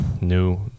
new